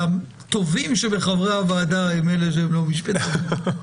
הטובים שבחברי הוועדה הם אלה שאינם משפטנים...